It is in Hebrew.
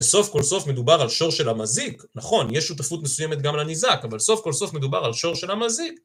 וסוף כל סוף מדובר על שור של המזיק, נכון, יש שותפות מסוימת גם על הניזק, אבל סוף כל סוף מדובר על שור של המזיק.